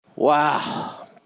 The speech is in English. Wow